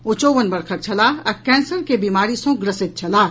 ओ चौवन वर्षक छलाह आ कैंसर के बीमारी सॅ ग्रसित छलाह